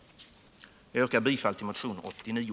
Jag yrkar bifall till motion 89.